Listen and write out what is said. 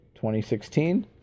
2016